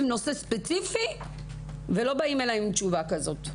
נושא ספציפי ולא באים אליי עם תשובה כזאת.